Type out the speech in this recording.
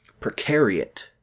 precariat